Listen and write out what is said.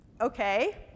Okay